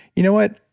you know what,